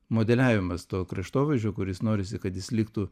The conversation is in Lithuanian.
modeliavimas to kraštovaizdžio kuris norisi kad jis liktų